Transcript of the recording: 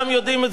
ואף אחד,